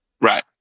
Right